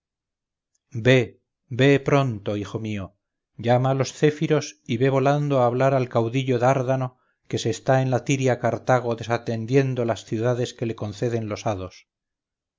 ve pronto hijo mío llama a los céfiros y ve volando a hablar al caudillo dárdano que se está en la tiria cartago desatendiendo las ciudades que le conceden los hados